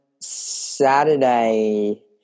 Saturday